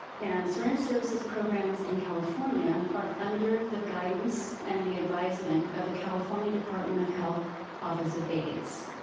and syringe services programs in california are under the guidance and the advisement of the california department of health office of aids.